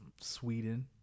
Sweden